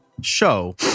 show